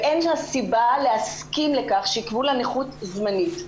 ואין סיבה להסכים לכך שיקבעו לה נכות זמנית.